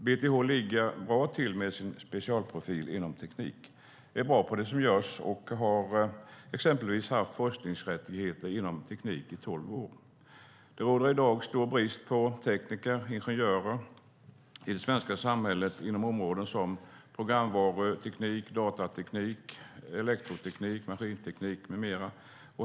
BTH ligger bra till med sin specialprofil inom teknik, är bra på det som görs och har exempelvis haft forskningsrättigheter inom teknik i tolv år. Det råder i dag stor brist på tekniker och ingenjörer i det svenska samhället inom områden som programvaruteknik, datateknik, elektroteknik, maskinteknik med mera.